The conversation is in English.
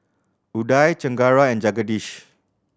Udai Chengara and Jagadish